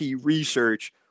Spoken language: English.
research